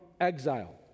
exile